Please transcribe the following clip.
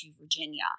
Virginia